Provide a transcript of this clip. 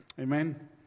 Amen